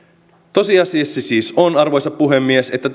tosiasia siis on arvoisa puhemies että